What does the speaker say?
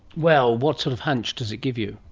well, what sort of hunch does it give you?